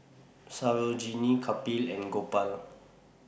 Sarojini Kapil and Gopal